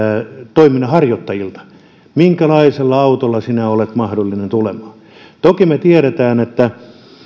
toiminnan harjoittajilta minkälaisella autolla sinä olet mahdollinen tulemaan toki me tiedämme että